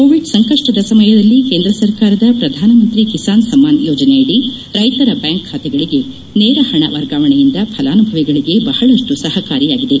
Covid ಸಂಕಷ್ಟದ ಸಮಯದಲ್ಲಿ ಕೇಂದ್ರ ಸರ್ಕಾರದ ಪ್ರಧಾನಮಂತ್ರಿ ಕಿಸಾನ್ ಸನ್ಮಾನ್ ಯೋಜನೆಯಡಿ ರೈತರ ಬ್ಯಾಂಕ್ ಖಾತೆಗಳಿಗೆ ನೇರ ಹಣ ವರ್ಗಾವಣೆಯಿಂದ ಫಲಾನುಭವಿಗಳಿಗೆ ಬಹಳಷ್ವು ಸಹಕಾರಿಯಾಗಿದೆ